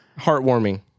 Heartwarming